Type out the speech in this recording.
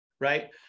Right